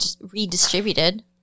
redistributed